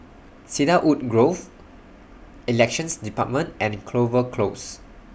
Cedarwood Grove Elections department and Clover Close